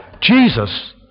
Jesus